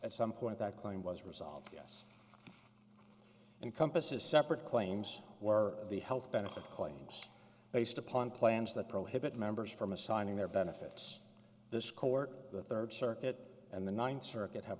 at some point that claim was resolved yes encompasses separate claims were the health benefit claims based upon plans that prohibit members from assigning their benefits this court the third circuit and the ninth circuit have